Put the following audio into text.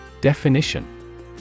Definition